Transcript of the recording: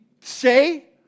say